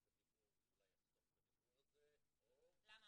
את הדיבור ואולי אחסוך את הדיבור הזה או -- למה,